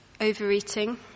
overeating